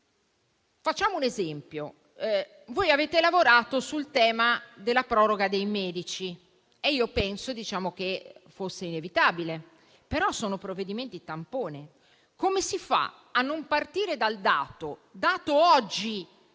Facciamo un esempio. Avete lavorato sul tema della proroga dei medici, e io credo che fosse una misura inevitabile, però restano provvedimenti tampone. Come si fa a non partire dal dato - rivelato oggi